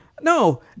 No